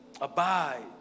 Abide